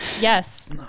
yes